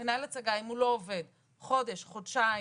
מנהל הצגה, אם הוא לא עובד חודש, חודשיים,